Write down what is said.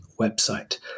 website